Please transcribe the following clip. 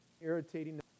Irritating